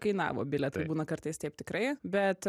kainavo bilietai būna kartais taip tikrai bet